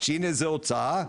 שהנה זו הוצאה,